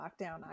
lockdown